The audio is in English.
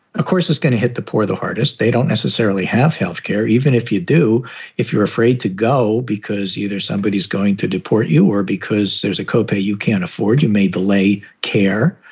of course, is going to hit the poor the hardest. they don't necessarily have health care, even if you do if you're afraid to go, because either somebody is going to deport you or because there's a co-pay you can't afford, you may delay care.